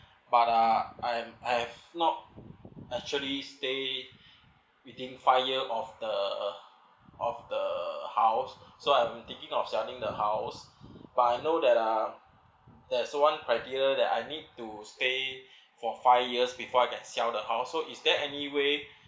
but uh I I've I've not actually stay within five years of the of the house so I'm thinking of selling the house but I know that uh there's one criteria that I need to stay for five years before I can sell the house so is there any way